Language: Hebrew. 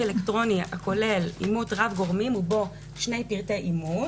אלקטרוני הכולל אימות רב-גורמים ובו שני פרטי אימות